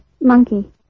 monkey